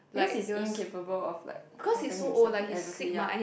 because is incapable of like helping himself ya exactly lah